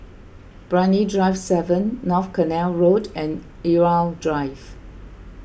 Brani Drive seven North Canal Road and Irau Drive